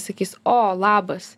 sakys o labas